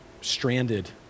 stranded